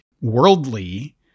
worldly